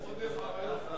יש פה עודף אריות.